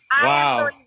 Wow